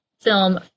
film